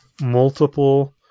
multiple